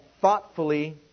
thoughtfully